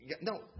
No